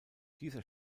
dieser